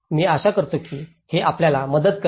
मी आशा करतो की हे आपल्याला मदत करेल